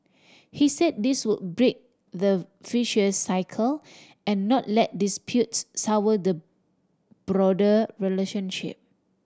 he said this would break the vicious cycle and not let disputes sour the broader relationship